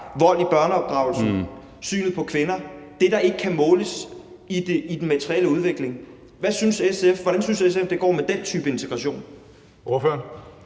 vold i børneopdragelsen, synet på kvinder, altså det, der ikke kan måles i den materielle udvikling. Hvordan synes SF at det går med den type integration? Kl.